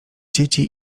dzieci